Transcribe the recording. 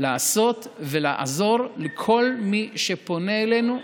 לעשות ולעזור לכל מי שפונה אלינו,